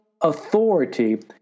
authority